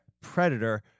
predator